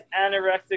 anorexic